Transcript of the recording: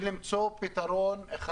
ולמצוא פתרון אחד.